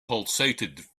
pulsated